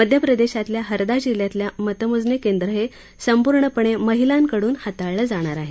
मध्यप्रदेशातल्या हरदा जिल्ह्यातल्या मतमोजणी केंद्र संपूर्णपणे महिलांकडून हाताळलं जाणार आहे